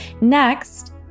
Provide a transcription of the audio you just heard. Next